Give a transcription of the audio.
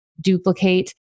duplicate